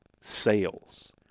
sales